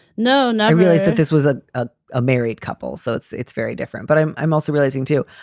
no. no. i realized that this was a ah ah married couple, so it's, it's very different. but i'm i'm also realizing, too,